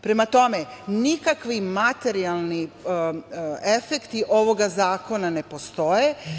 Prema tome, nikakvi materijalni efekti ovog zakona ne postoje.